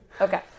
Okay